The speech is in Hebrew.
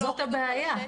זאת הבעיה.